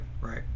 Right